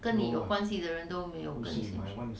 跟你有关系的人都没有跟你 same shift